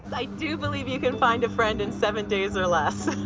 i do believe you can find a friend in seven days or less.